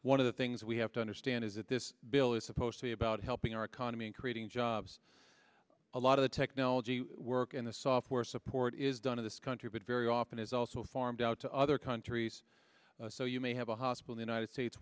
one of the things we have to understand is that this bill is supposed to be about helping our economy and creating jobs a lot of the technology work and the software support is done in this country but very often is also farmed out to other countries so you may have a hospital the united states